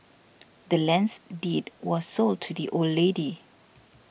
the land's deed was sold to the old lady